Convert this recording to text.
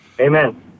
Amen